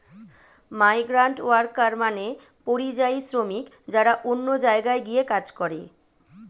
migrant worker মানে পরিযায়ী শ্রমিক যারা অন্য জায়গায় গিয়ে কাজ করে